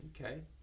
Okay